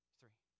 three